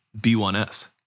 B1s